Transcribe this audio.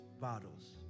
bottles